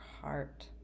heart